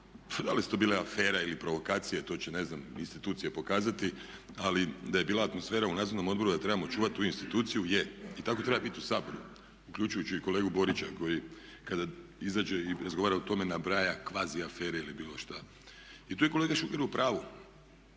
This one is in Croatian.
da li su to bile afere ili provokacije, to će ne znam institucije pokazati ali da je bila atmosfera u nadzornom odboru, da trebamo čuvati tu instituciju je, i tako treba biti u Saboru uključujući i kolegu Borića koji kada izađe i razgovara o tome nabraja kvazi afere ili bilo šta. I tu je kolega Šuker u pravu